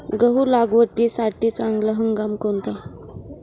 गहू लागवडीसाठी चांगला हंगाम कोणता?